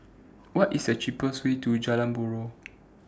What IS The cheapest Way to Jalan Buroh